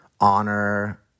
honor